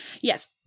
yes